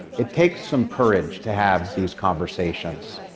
it takes some courage to have these conversations.